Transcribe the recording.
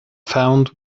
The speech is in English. found